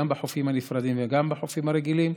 גם בחופים הנפרדים וגם בחופים הרגילים,